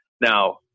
Now